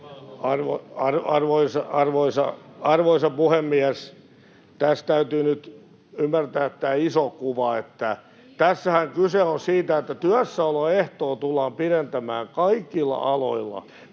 Arvoisa puhemies! Tässä täytyy nyt ymmärtää tämä iso kuva. Tässähän kyse on siitä, että työssäoloehtoa tullaan pidentämään kaikilla aloilla